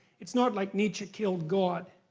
it's not like nietzsche killed god.